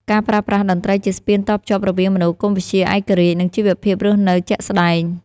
ការប្រើប្រាស់តន្ត្រីជាស្ពានតភ្ជាប់រវាងមនោគមវិជ្ជាឯករាជ្យ និងជីវភាពរស់នៅជាក់ស្តែង